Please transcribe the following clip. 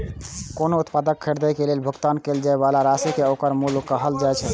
कोनो उत्पाद खरीदै लेल भुगतान कैल जाइ बला राशि कें ओकर मूल्य कहल जाइ छै